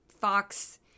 Fox